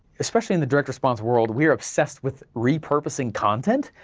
especially in the direct response world, we are obsessed with repurposing content,